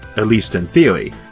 at least in theory,